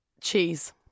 cheese